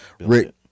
rick